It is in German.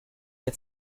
der